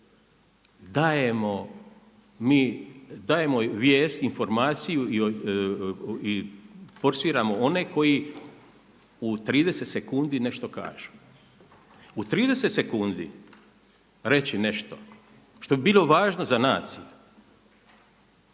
dajemo, mi dajemo vijest, informaciju i forsiramo one koji u 30 sekundi nešto kažu. U 30 sekundi reći nešto što bi bilo važno za